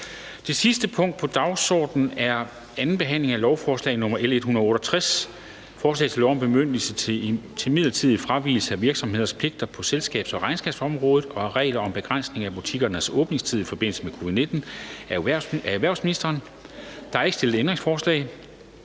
Det sidste punkt på dagsordenen er: 3) 2. behandling af lovforslag nr. L 168: Forslag til lov om bemyndigelse til midlertidig fravigelse af virksomheders pligter på selskabs- og regnskabsområdet og af reglerne om begrænsning af butikkernes åbningstider i forbindelse med covid-19. Af erhvervsministeren (Simon Kollerup). (Fremsættelse